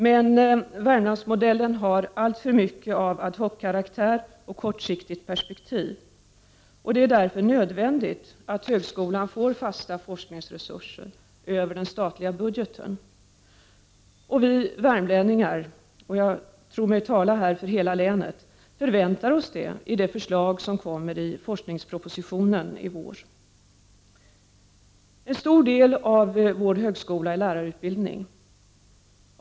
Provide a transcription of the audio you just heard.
Men Värmlandsmodellen har alltför mycket av ad hoc-karaktär och kortsiktigt perspektiv. Det är därför nödvändigt att högskolan får fasta forskningsresurser över den statliga budgeten. Vi värmlänningar — jag tror mig här tala för hela länet — väntar oss det i det förslag som kommer i forskningspropositionen i vår. En stor del av vår högskola är lärarutbildning.